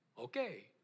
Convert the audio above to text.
okay